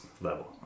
level